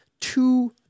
two